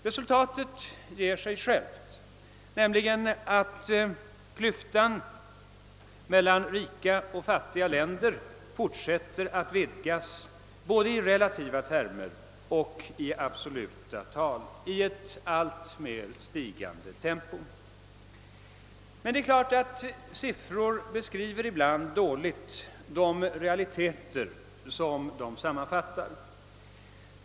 Resultatet ger sig självt, nämligen att klyftan mellan rika och fattiga länder fortsätter att vidgas både i relativa termer och i absoluta tal i alltmer stigande tempo. Siffror beskriver emellertid ibland dåligt de realiteter de sammanfattar.